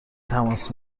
تماس